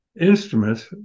instruments